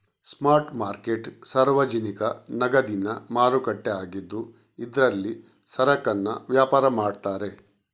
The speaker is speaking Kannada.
ಸ್ಪಾಟ್ ಮಾರ್ಕೆಟ್ ಸಾರ್ವಜನಿಕ ನಗದಿನ ಮಾರುಕಟ್ಟೆ ಆಗಿದ್ದು ಇದ್ರಲ್ಲಿ ಸರಕನ್ನ ವ್ಯಾಪಾರ ಮಾಡ್ತಾರೆ